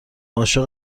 عاشق